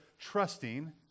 trusting